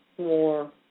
More